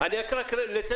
כרגע אנחנו עוצרים לכולם,